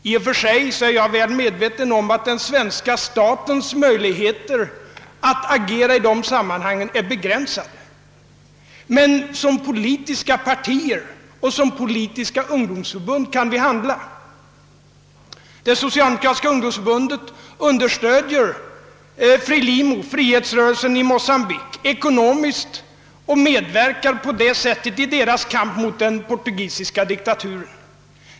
I och för sig är jag väl medveten om att den svenska statens möjligheter att agera i de sammanhangen är begränsade. Men som politiska partier och som politiska ungdomsförbund kan vi handla. Det socialdemokratiska ungdomsförbundet understödjer ekonomiskt Frelimo, frihetsrörelsen i Mocambique, och medverkar på det sättet i de ras kamp mot den portugisiske diktatorn.